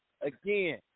again